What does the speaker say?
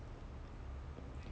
no I didn't see it